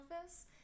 office